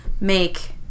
make